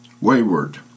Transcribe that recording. wayward